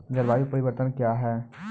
जलवायु परिवर्तन कया हैं?